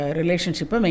relationship